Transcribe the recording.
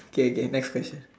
okay okay next question